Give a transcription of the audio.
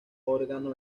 órgano